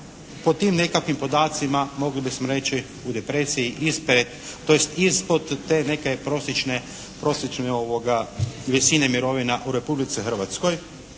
po tim nekakvim podacima mogli bismo reći u depresiji ispred tj. ispod te neke prosječne visine mirovina u Republici Hrvatskoj.